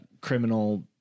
criminal